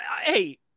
hey